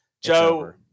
Joe –